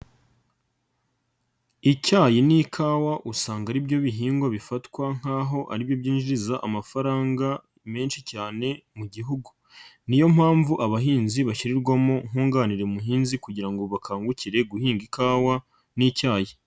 Icyayi n'ikawa usanga ari byo bihingwa bifatwa nk'aho ari byo byinjiza amafaranga menshi cyane mu gihugu. Niyo mpamvu abahinzi bashyirirwamo nkunganire muhinzi kugira ngo bakangukire guhinga ikawa n'icyayi.